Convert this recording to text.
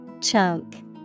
Chunk